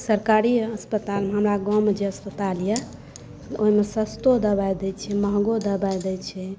सरकारी हस्पतालमे हमरा गाँवमे जे हस्पताल यऽ ओहिमे सस्तों दबाइ दै छै महँगो दबाइ दै छै